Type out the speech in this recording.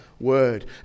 word